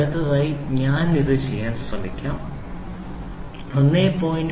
അടുത്തതായി ഞാൻ ഇത് ചെയ്യാൻ ശ്രമിക്കും 1